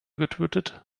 getötet